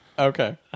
Okay